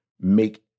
make